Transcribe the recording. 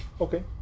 Okay